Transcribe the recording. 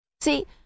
See